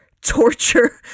torture